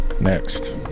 Next